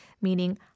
meaning